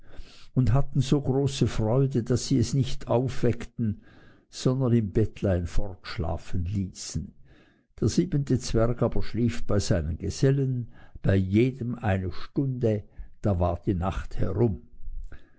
und hatten so große freude daß sie es nicht aufweckten sondern im bettlein fortschlafen ließen der siebente zwerg aber schlief bei seinen gesellen bei jedem eine stunde da war die nacht herum